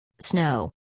snow